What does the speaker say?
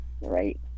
Right